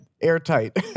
Airtight